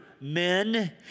men